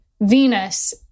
Venus